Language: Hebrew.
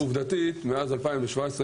עובדתית מאז 2017,